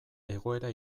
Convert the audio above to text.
egoera